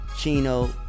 Chino